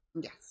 Yes